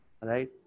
Right